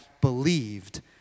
believed